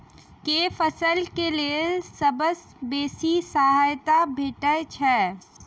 केँ फसल केँ लेल सबसँ बेसी सहायता भेटय छै?